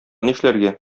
нишләргә